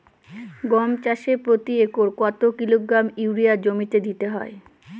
গম চাষে প্রতি একরে কত কিলোগ্রাম ইউরিয়া জমিতে দিতে হয়?